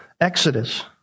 Exodus